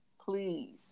please